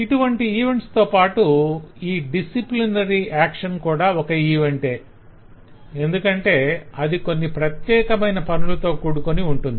ఇటువంటి ఈవెంట్స్ తోపాటు ఈ డిసిప్లినరీ ఏక్షన్ కూడా ఒక ఈవెంటే ఎందుకంటే అది కొన్ని ప్రత్యేకమైన పనులతో కూడుకొని ఉంటుంది